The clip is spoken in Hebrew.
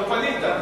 לא פנית.